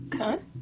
Okay